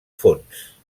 fons